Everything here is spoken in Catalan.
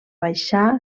baixar